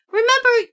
Remember